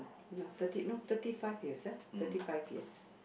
ya thirty no thirty five years ya thirty five years